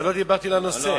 אבל לא דיברתי לנושא.